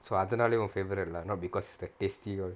so அதுனாலையும்:athunaalayum favourite lah not because it's tasty or